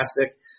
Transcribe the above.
fantastic